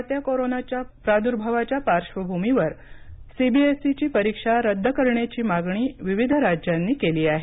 वाढत्या कोरोना प्रादुर्भावाच्या पार्बभूमीवर सीबीएसईची परीक्षा रद्द करण्याची मागणी विविध राज्यांनी केली आहे